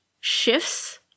shifts